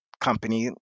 company